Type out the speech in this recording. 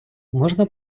можна